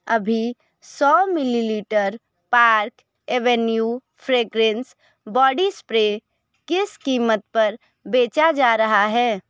अभी सौ millilitre Park Avenue fragrance body spray किस कीमत पर बेचा जा रहा है